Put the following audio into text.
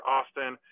Austin